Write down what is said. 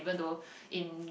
or even though in